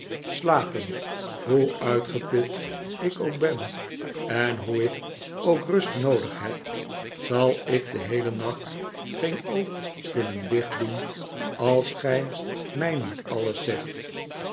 slapen hoe uitgeput ik ook ben en hoe ik ook rust noodig heb zal ik den heelen nacht geen oog kunnen dichtdoen als gij mij niet alles zegt